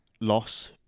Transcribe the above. loss